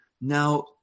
now